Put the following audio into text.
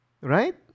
right